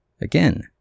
Again